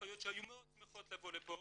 שהיו מאוד שמחות לבוא לפה